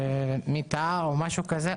מיטה או משהו כזה.